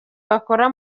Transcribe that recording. bakora